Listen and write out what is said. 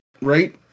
right